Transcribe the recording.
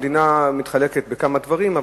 המדינה מתחלקת בכמה דברים,